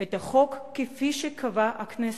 את החוק, כפי שקבעה הכנסת.